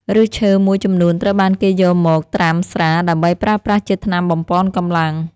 ឫសឈើមួយចំនួនត្រូវបានគេយកមកត្រាំស្រាដើម្បីប្រើប្រាស់ជាថ្នាំបំប៉នកម្លាំង។